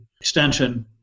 extension